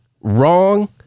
wrong